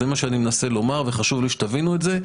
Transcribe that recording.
זה מה שאני מנסה לומר וחשוב לי שתבינו את זה.